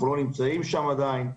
אנחנו לא נמצאים שם עדיין.